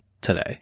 today